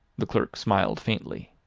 the clerk smiled faintly.